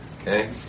okay